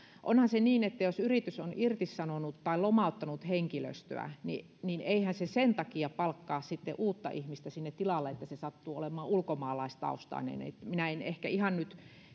onhan se niin että jos yritys on irtisanonut tai lomauttanut henkilöstöä niin niin eihän se sen takia palkkaa uutta ihmistä sinne tilalle että tämä sattuu olemaan ulkomaalaistaustainen minä en ehkä ihan nyt